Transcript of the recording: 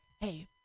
hey